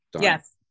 yes